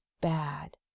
bad